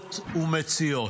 אבדות ומציאות.